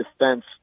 defense